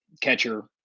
catcher